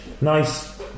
nice